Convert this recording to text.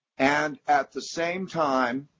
and at the same time,